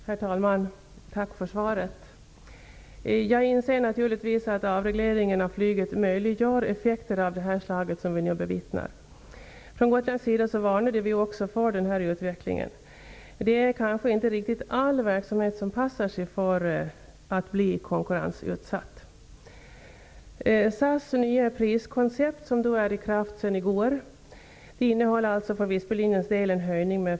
Herr talman! Tack för svaret. Jag inser naturligtvis att avregleringen av flyget möjliggör effekter av det slag vi nu bevittnar. Från gotländsk sida varnade vi också för den här utvecklingen. Det kanske inte passar riktigt all verksamhet att bli konkurrensutsatt. höjning.